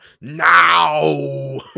now